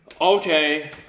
okay